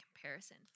comparison